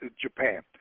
japan